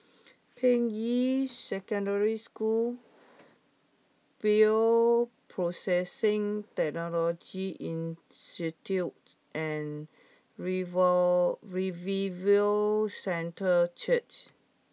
Ping Yi Secondary School Bioprocessing Technology Institute and Revo Revival Centre Church